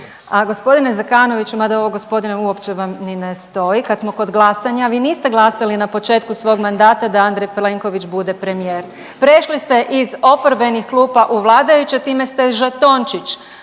A g. Zekanoviću mada ovo gospodine uopće vam ni ne stoji, kad smo kod glasanja vi niste glasali na početku svog mandata da Andrej Plenković bude premijer, prešli ste iz oporbenih klupa u vladajuće time ste žetončić,